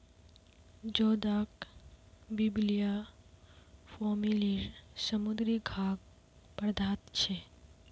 जोदाक बिब्लिया फॅमिलीर समुद्री खाद्य पदार्थ छे